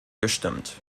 gestimmt